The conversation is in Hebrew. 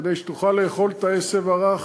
כדי שתוכל לאכול את העשב הרך.